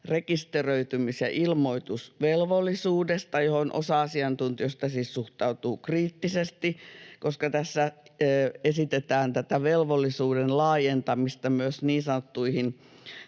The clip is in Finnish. rekisteröitymis- ja ilmoitusvelvollisuudesta, johon osa asiantuntijoista siis suhtautuu kriittisesti, koska tässä esitetään tätä velvollisuuden laajentamista myös tällaisiin niin sanottuihin